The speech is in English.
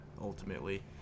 ultimately